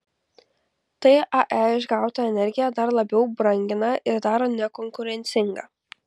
tai ae išgautą energiją dar labiau brangina ir daro nekonkurencingą